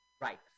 right